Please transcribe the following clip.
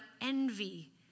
envy